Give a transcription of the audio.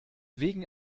wegen